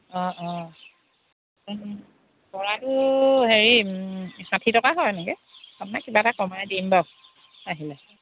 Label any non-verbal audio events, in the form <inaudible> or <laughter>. অঁ অঁ <unintelligible> <unintelligible> হেৰি ষাঠি টকা হয় এনেকে আপোনাক কিবা এটা কমাই দিম বাৰু আহিলে